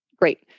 Great